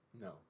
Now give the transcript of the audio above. No